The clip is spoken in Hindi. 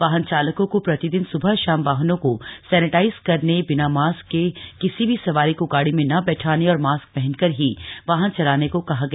वाहन चालकों को प्रतिदिन स्बह शाम वाहनों को सैनेटाइज करने बिना मास्क के किसी भी सवारी को गाड़ी में न बैठाने और मास्क पहनकर ही वाहन चलाने को कहा गया